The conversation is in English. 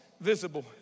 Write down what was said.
visible